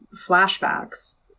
flashbacks